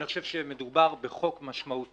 אני חושב שמדובר בחוק משמעותי.